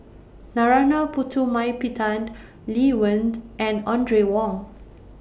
Narana Putumaippittan Lee Wen and Audrey Wong